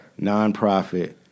nonprofit